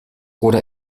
oder